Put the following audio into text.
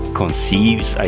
conceives